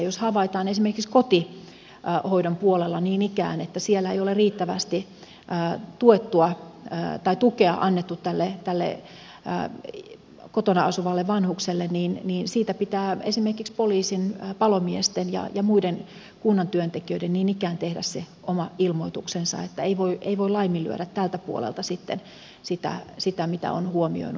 jos havaitaan esimerkiksi kotihoidon puolella niin ikään että siellä ei ole riittävästi tukea annettu tälle kotona asuvalle vanhukselle niin siitä pitää esimerkiksi poliisin palomiesten ja muiden kunnan työntekijöiden niin ikään tehdä se oma ilmoituksensa niin että ei voi laiminlyödä tältä puolelta sitten sitä mitä on huomioinut